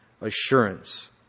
assurance